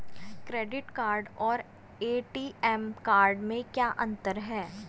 Credit card और ATM card में क्या अंतर है?